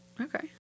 Okay